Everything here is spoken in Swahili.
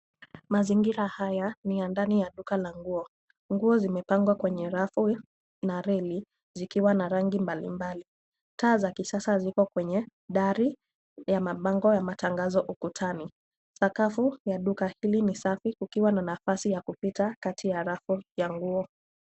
Mazingira haya ni ya ndani ya duka la nguo. Nguo zimepangwa kwenye rafu na reli zikiwa na rangi mbalimbali. Taa za kisasa ziko kwenye dari ya mabango ya matangazo ukutani. Sakafu la duka hili ni safi, kukiwa na nafasi ya kupita kati ya rafu ya nguo.